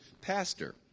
pastor